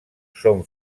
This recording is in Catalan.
són